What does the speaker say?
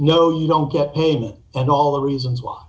no you don't get paid any and all the reasons why